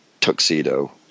tuxedo